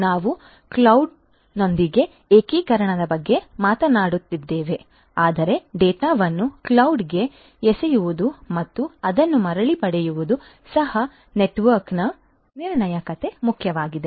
ನಾವು ಕ್ಲೌಡ್ನೊಂದಿಗೆ ಏಕೀಕರಣದ ಬಗ್ಗೆ ಮಾತನಾಡುತ್ತಿದ್ದೇವೆ ಆದರೆ ಡೇಟಾವನ್ನು ಕ್ಲೌಡ್ ಗೆ ಎಸೆಯುವುದು ಮತ್ತು ಅದನ್ನು ಮರಳಿ ಪಡೆಯುವುದು ಸಹ ನೆಟ್ವರ್ಕ್ನ ನಿರ್ಣಾಯಕತೆ ಮುಖ್ಯವಾಗಿದೆ